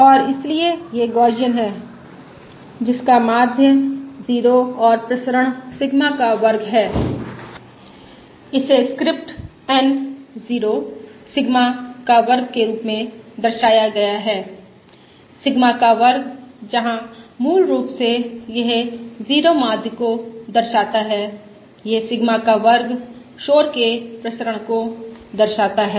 और इसलिए यह गौसियन है जिसका माध्य 0 और प्रसरण सिग्मा का वर्ग है इसे स्क्रिप्ट n 0 सिग्मा का वर्ग के रूप में दर्शाया गया है सिग्मा का वर्ग जहां मूल रूप से यह 0 माध्य को दर्शाता है यह सिग्मा का वर्ग शोर के प्रसरण को दर्शाता है